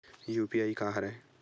UPI का हरय?